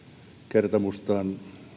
kertomustaan